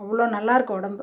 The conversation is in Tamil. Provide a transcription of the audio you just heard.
அவ்வளோ நல்லாயிருக்கு உடம்பு